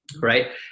Right